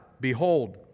Behold